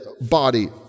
body